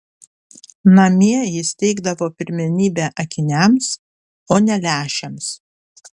namie jis teikdavo pirmenybę akiniams o ne lęšiams